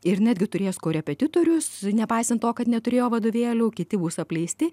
ir netgi turės korepetitorius nepaisant to kad neturėjo vadovėlių kiti bus apleisti